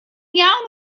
iawn